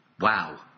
Wow